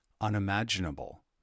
unimaginable